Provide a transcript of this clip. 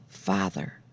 father